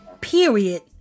period